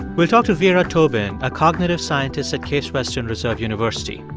we'll talk to vera tobin, a cognitive scientist at case western reserve university.